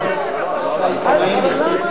מבקש גם את החוק שלי להקדים.